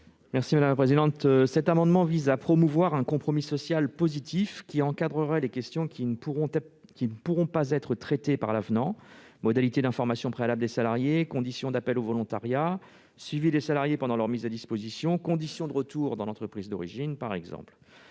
l'amendement n° 719. Cet amendement vise à promouvoir un compromis social positif, qui encadrera les questions ne pouvant être traitées par l'avenant : modalités d'information préalable des salariés, conditions d'appel au volontariat, suivi des salariés pendant leur mise à disposition, conditions de retour dans l'entreprise d'origine, par exemple.